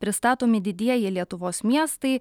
pristatomi didieji lietuvos miestai